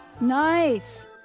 Nice